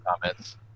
comments